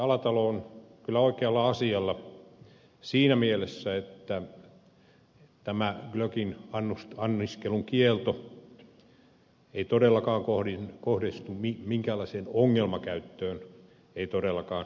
alatalo on kyllä oikealla asialla siinä mielessä että tämä glögin anniskelun kielto ei todellakaan kohdistu minkäänlaiseen ongelmakäyttöön ei todellakaan